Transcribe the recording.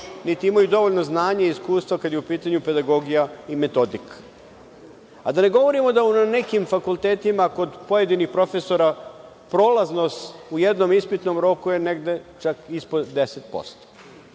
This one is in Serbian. niti imaju dovoljno znanja i iskustva kada je u pitanju pedagogija i metodika, a da ne govorimo da na nekim fakultetima, kod pojedinih profesora, prolaznost u jednom ispitnom roku je negde ispod 10%.